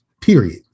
period